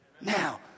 now